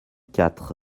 quatre